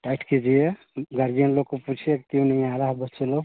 tight कीजिए guardian लोग को पूछिए क्यों नहीं आ रहा बच्चे लोग